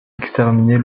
exterminer